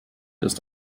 ist